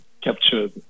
captured